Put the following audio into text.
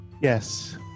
Yes